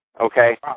okay